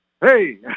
Hey